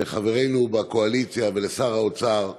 לחברינו בקואליציה ולשר האוצר: